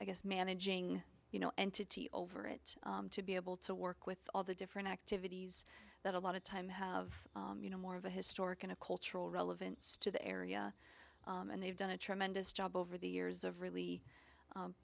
i guess managing you know entity over it to be able to work with all the different activities that a lot of time have you know more of a historic kind of cultural relevance to the area and they've done a tremendous job over the years of really